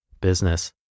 business